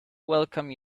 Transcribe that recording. welcome